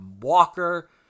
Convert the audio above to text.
Walker